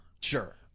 Sure